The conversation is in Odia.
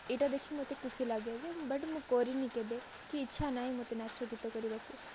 ଏଇଟା ଦେଖି ମୋତେ ଖୁସି ଲାଗେ ବଟ୍ ମୁଁ କରିନି କେବେ ଇଚ୍ଚା ନାହିଁ ମତେ ନାଚ ଗୀତ କରିବା ପାଇଁ